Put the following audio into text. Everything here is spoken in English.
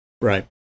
Right